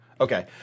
Okay